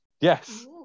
Yes